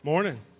Morning